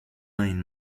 ein